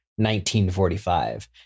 1945